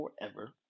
forever